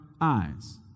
eyes